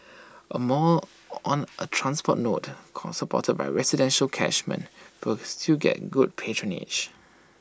A mall on A transport node supported by residential catchment will still get good patronage